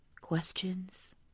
questions